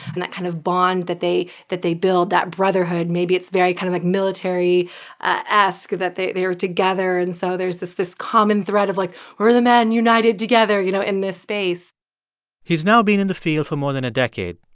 and that kind of bond that they that they built, that brotherhood maybe it's very kind of like military-esque that they they are together. and so there's this this common thread of like, we're the men united together, you know, in this space he's now been in the field for more than a decade.